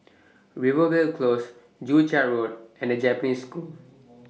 Rivervale Close Joo Chiat Road and The Japanese School